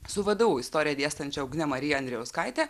su vdu istoriją dėstančia ugne marija andrijauskaite